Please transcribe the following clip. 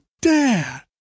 dad